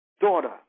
daughter